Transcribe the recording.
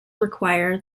require